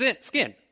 skin